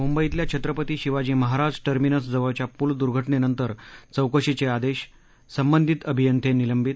मुंबईतल्या छत्रपती शिवाजी महाराज टर्मिनसजवळच्या पूल दुर्घटनेनंतर चौकशीचे आदेश संबंधित अभियंते निलंबित